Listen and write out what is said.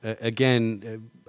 Again